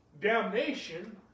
damnation